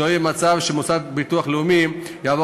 שלא יהיה מצב שהמוסד לביטוח לאומי יבוא